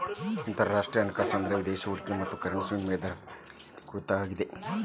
ಅಂತರರಾಷ್ಟ್ರೇಯ ಹಣಕಾಸು ಅಂದ್ರ ವಿದೇಶಿ ಹೂಡಿಕೆ ಮತ್ತ ಕರೆನ್ಸಿ ವಿನಿಮಯ ದರಗಳ ಮ್ಯಾಲೆ ಕೇಂದ್ರೇಕೃತ ಆಗಿರ್ತದ